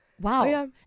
Wow